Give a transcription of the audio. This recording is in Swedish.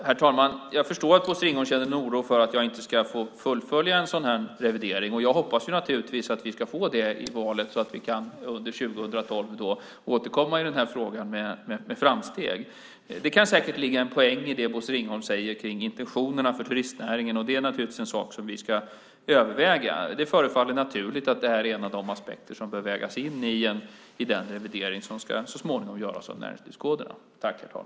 Herr talman! Jag förstår att Bosse Ringholm känner en oro för att jag inte ska få fullfölja en sådan revidering. Jag hoppas naturligtvis att det ska gå så i valet att vi under 2012 kan återkomma med framsteg i den här frågan. Det kan säkert ligga en poäng i det Bosse Ringholm säger om intentionerna för turistnäringen. Det är naturligtvis en sak som vi ska överväga. Det förefaller naturligt att det här är en av de aspekter som bör vägas in i den revidering av näringslivskoderna som så småningom ska göras.